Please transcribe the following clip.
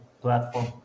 platform